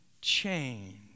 change